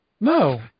No